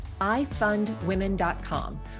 ifundwomen.com